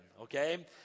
okay